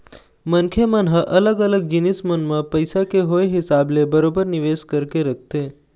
मनखे मन ह अलग अलग जिनिस मन म पइसा के होय हिसाब ले बरोबर निवेश करके रखथे